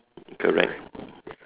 correct